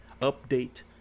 update